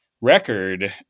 record